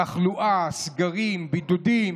תחלואה, הסדרים, בידודים,